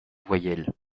voyelles